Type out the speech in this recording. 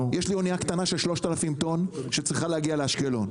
יש לי אוניה קטנה מאוד של 3,000 טון שצריכה להגיע לאשקלון.